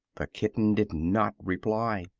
the kitten did not reply.